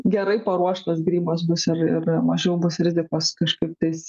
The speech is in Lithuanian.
gerai paruoštas grybas bus ir ir mažiau bus rizikos kažkaip tais